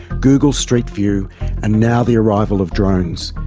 google street view and now the arrival of drones.